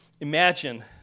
Imagine